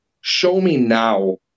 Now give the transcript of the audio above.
show-me-now